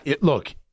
Look